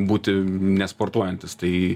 būti nesportuojantis tai